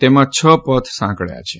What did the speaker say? તેમાં છ પથ સાંકબ્યા છે